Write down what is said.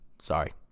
sorry